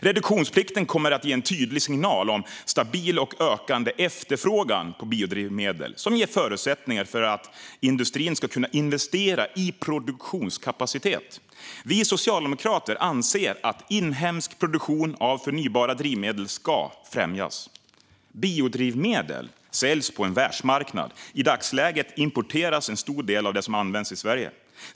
Reduktionsplikten kommer att ge en tydlig signal om stabil och ökande efterfrågan på biodrivmedel som ger förutsättningar för industrin att investera i produktionskapacitet. Vi socialdemokrater anser att inhemsk produktion av förnybara drivmedel ska främjas. Biodrivmedel säljs på en världsmarknad. I dagsläget importeras en stor del av det som används i Sverige.